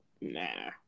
Nah